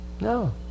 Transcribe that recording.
no